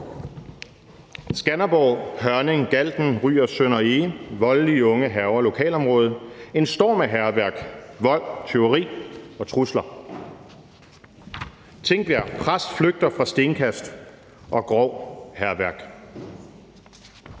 Skanderborg, Hørning, Galten, Ry og Sønder Ege: »Voldelige unge hærger lokalområde: En storm af hærværk, vold, tyveri og trusler«. Tingbjerg: »Præst flygter fra stenkast og grov hærværk«.